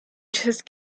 just